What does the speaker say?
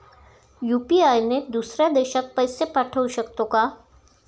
UPI ने दुसऱ्या देशात पैसे पाठवू शकतो का?